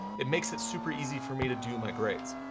it makes it super easy for me to do my grades.